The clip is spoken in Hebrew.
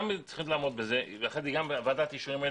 גם ועדת אישורים,